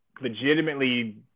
legitimately